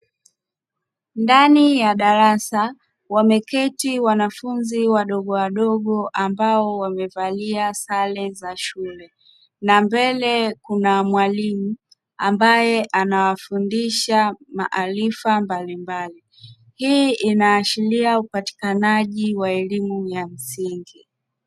Ndani ya darasa wameketi wanafunzi wadogowadogo ambao wamevalia sare za shule, na mbele kuna mwalimu ambaye anawafundisha maarifa mbalimbali. Hii inaasharia upatikanaji wa elimu ya msingi.